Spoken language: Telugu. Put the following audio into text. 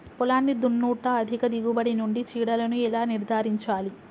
పొలాన్ని దున్నుట అధిక దిగుబడి నుండి చీడలను ఎలా నిర్ధారించాలి?